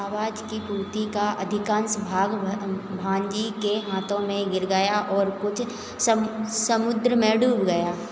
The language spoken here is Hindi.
अवाज की पूर्ति का अधिकाँश भाग भ भांजी के हाथों में गिर गया और कुछ सम समुद्र में डूब गया